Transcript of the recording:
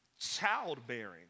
childbearing